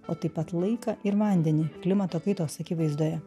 o taip pat laiką ir vandenį klimato kaitos akivaizdoje